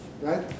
Right